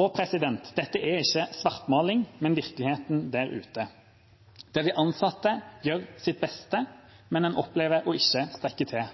Og dette er ikke svartmaling, men virkeligheten der ute, der de ansatte gjør sitt beste, men opplever å ikke strekke til.